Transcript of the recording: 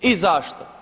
I zašto?